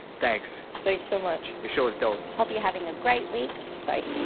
thanks thanks so much your show is dope hope you're having a great week bye